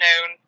known